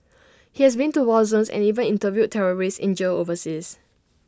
he has been to war zones and even interviewed terrorists in jails overseas